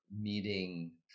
meeting